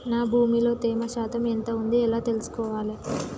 నా భూమి లో తేమ శాతం ఎంత ఉంది ఎలా తెలుసుకోవాలే?